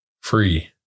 Free